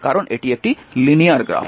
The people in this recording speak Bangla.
কারণ এটি একটি লিনিয়ার গ্রাফ